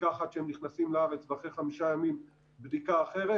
בדיקה אחת כשהם נכנסים לארץ ואחרי חמישה ימים בדיקה אחרת?